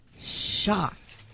shocked